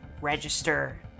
register